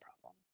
problem